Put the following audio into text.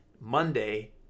Monday